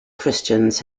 christians